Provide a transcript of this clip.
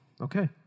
Okay